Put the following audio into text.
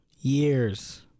Years